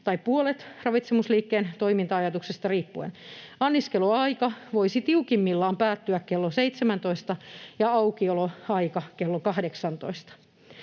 tai puolet ravitsemusliikkeen toiminta-ajatuksesta riippuen. Anniskeluaika voisi tiukimmillaan päättyä kello 17 ja aukioloaika kello 18